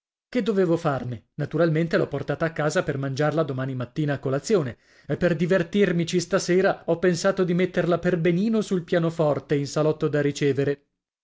che dovevo farne naturalmente l'ho portata a casa per mangiarla domani mattina a colazione e per divertirmici stasera ho pensato di metterla per benino sul pianoforte in salotto da ricevere